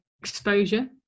exposure